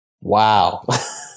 Wow